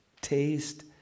taste